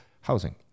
housing